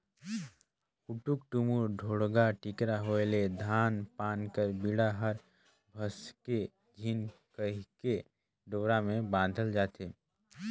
उटुक टुमुर, ढोड़गा टिकरा होए ले धान पान कर बीड़ा हर भसके झिन कहिके डोरा मे बाधल जाथे